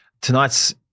tonight's